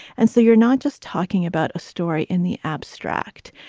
and so you're not just talking about a story in the abstract.